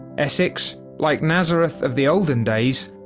essex like nazareth of the olden days,